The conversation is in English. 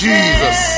Jesus